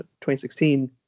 2016